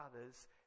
others